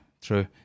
true